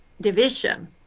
division